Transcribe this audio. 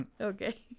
okay